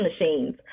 machines